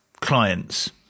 clients